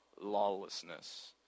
lawlessness